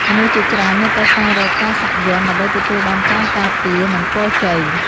មនុស្សជាច្រើននៅតែស្វែងរកការសាក់យ័ន្តដើម្បីទទួលបានការការពារ និងពរជ័យ។